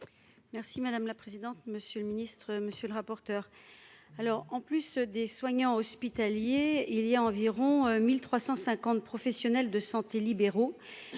Merci madame la présidente, monsieur le ministre, monsieur le rapporteur, alors en plus des soignants hospitaliers, il y a environ 1350 professionnels de santé libéraux,